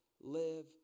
live